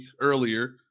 earlier